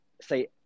say